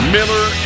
Miller